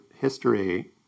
history